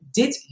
dit